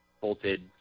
bolted